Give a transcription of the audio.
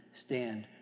stand